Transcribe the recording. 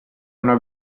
una